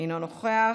אינו נוכח,